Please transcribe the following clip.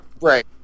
Right